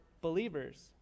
believers